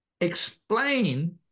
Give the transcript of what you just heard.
explain